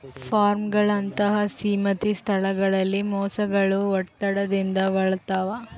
ಫಾರ್ಮ್ಗಳಂತಹ ಸೀಮಿತ ಸ್ಥಳಗಳಲ್ಲಿ ಮೊಸಳೆಗಳು ಒತ್ತಡದಿಂದ ಬಳಲ್ತವ